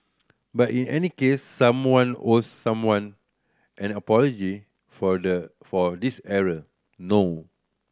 but in any case someone owes someone an apology for the for this error no